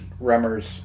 Remmers